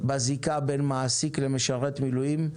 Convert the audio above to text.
בזיקה בין מעסיק למשרת המילואים,